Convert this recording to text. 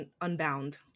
unbound